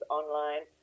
online